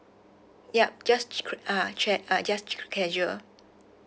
yup just ah trek uh just casual